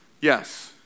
Yes